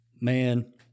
man